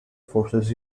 forces